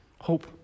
Hope